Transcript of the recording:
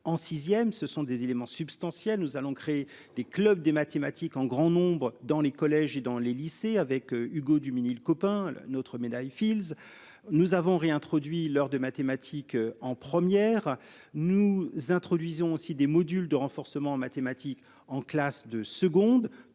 en 6e, ce sont des éléments substantiels, nous allons créer des clubs des mathématiques en grand nombre dans les collèges et dans les lycées avec Hugo Duminil-Copin notre médaille Fields. Nous avons réintroduit lors de mathématiques en première. Nous introduisons aussi des modules de renforcement en mathématiques en classe de seconde.